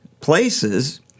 places